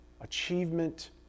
achievement